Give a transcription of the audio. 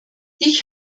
ich